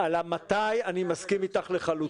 על ה-מתי אני לחלוטין מסכים אתך.